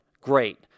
Great